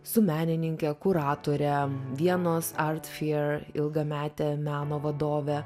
su menininke kuratore vienas art fair ilgamete meno vadove